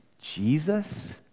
Jesus